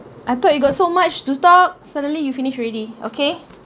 I thought you got so much to talk suddenly you finish already okay